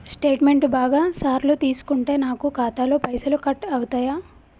Statement బాగా సార్లు తీసుకుంటే నాకు ఖాతాలో పైసలు కట్ అవుతయా?